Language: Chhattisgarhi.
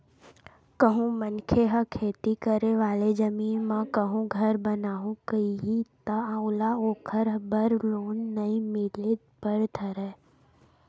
कहूँ मनखे ह खेती करे वाले जमीन म कहूँ घर बनाहूँ कइही ता ओला ओखर बर लोन नइ मिले बर धरय